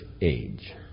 age